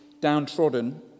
downtrodden